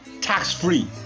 Tax-free